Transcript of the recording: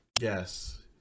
Yes